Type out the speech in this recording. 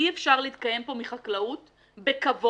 אי-אפשר להתקיים פה מחקלאות בכבוד,